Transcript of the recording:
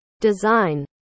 design